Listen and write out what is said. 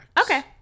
Okay